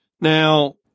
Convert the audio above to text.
Now